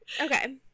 okay